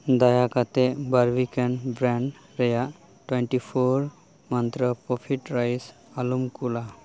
ᱫᱟᱭᱟ ᱠᱟᱛᱮᱫ ᱵᱟᱨᱵᱤᱠᱮᱱ ᱵᱨᱮᱱᱰ ᱨᱮᱭᱟᱜ twenty four Mantra puffed rice ᱟᱞᱚᱢ ᱠᱩᱞᱟ